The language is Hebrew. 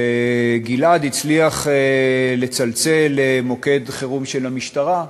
שגיל-עד הצליח לצלצל למוקד חירום של המשטרה,